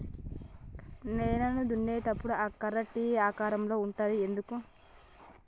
నేలను దున్నేటప్పుడు ఆ కర్ర టీ ఆకారం లో ఉంటది ఎందుకు?